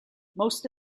most